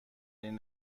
این